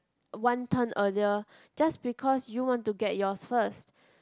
one turn earlier just because you want to get yours first